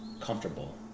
comfortable